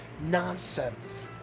nonsense